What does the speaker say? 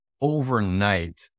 overnight